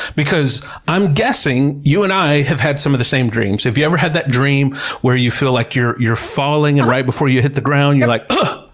because i'm guessing, you and i have had some of the same dreams. have you ever had that dream where you feel like you're you're falling, and right before you hit the ground, you're like, but